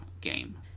game